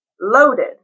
loaded